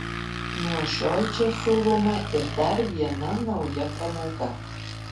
nuo šiol čia siūloma ir dar viena nauja pramoga